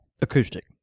Acoustic